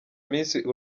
iminsi